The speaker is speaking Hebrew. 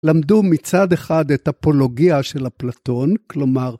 ‫למדו מצד אחד את אפולוגיה של אפלטון, ‫כלומר...